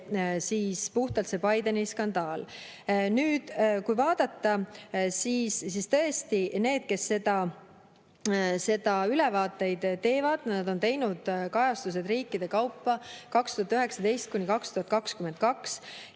ja puhtalt selle Bideni skandaali. Nüüd, kui vaadata, siis tõesti need, kes neid ülevaateid teevad, on teinud kajastused riikide kaupa 2019–2022, ja